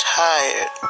tired